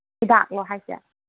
ꯍꯤꯗꯥꯛꯂꯣ ꯍꯥꯏꯁꯦ